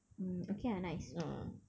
mm okay ah nice